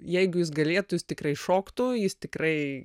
jeigu jis galėtų jis tikrai šoktų jis tikrai